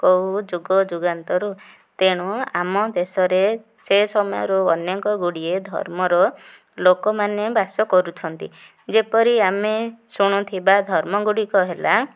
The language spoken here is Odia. କେଉଁ ଯୁଗଯୁଗାନ୍ତରୁ ତେଣୁ ଆମ ଦେଶରେ ସେ ସମୟରୁ ଅନେକଗୁଡ଼ିଏ ଧର୍ମର ଲୋକମାନେ ବାସ କରୁଛନ୍ତି ଯେପରି ଆମେ ଶୁଣୁଥିବା ଧର୍ମଗୁଡ଼ିକ ହେଲା